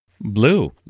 Blue